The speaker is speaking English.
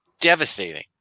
Devastating